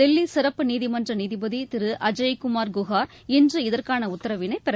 தில்லி சிறப்பு நீதிமன்ற நீதிபதி திரு அஜய்குமார் குஹார் இன்று இதற்கான உத்தரவினை பிறப்பித்தார்